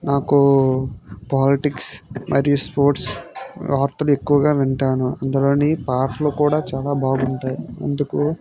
నాకు పాలిటిక్స్ మరియు స్పోర్ట్స్ వార్తలు ఎక్కువగా వింటాను అందులోని పాటలు కూడా చాలా బాగుంటాయి అందుకు